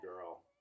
girl